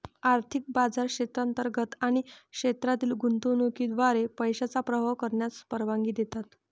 आर्थिक बाजार क्षेत्रांतर्गत आणि क्षेत्रातील गुंतवणुकीद्वारे पैशांचा प्रवाह करण्यास परवानगी देतात